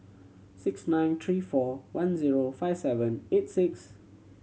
six nine three four one zero five seven eight six